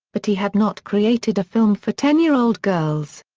but he had not created a film for ten-year-old girls.